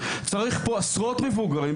צריך עשרות מבוגרים,